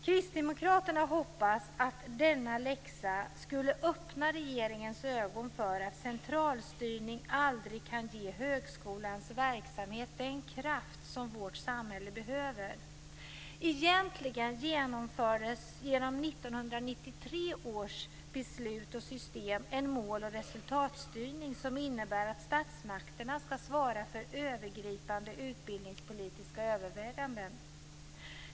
Kristdemokraterna hoppas att denna läxa skulle öppna regeringens ögon för att centralstyrning aldrig kan ge högskolans verksamhet den kraft som vårt samhälle behöver. Egentligen genomfördes genom 1993 års beslut om ett system för en mål och resultatstyrning som innebär att statsmakterna ska svara för övergripande utbildningspolitiska överväganden.